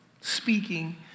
speaking